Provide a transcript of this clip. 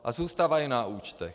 A zůstávají na účtech.